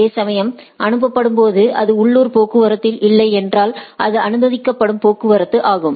அதேசமயம் அனுப்பப்படும் போது அது உள்ளூர் போக்குவரத்தில் இல்லை என்றால் அது அனுப்பப்படும் போக்குவரத்து ஆகும்